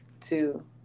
two